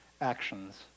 actions